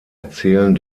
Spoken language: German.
erzählen